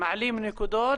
מעלים נקודות,